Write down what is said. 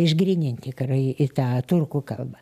išgryninti karai tą turkų kalbą